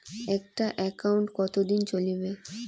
একটা একাউন্ট কতদিন চলিবে?